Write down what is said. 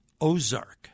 Ozark